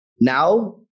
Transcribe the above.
now